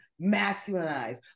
masculinized